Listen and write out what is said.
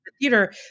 theater